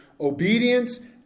obedience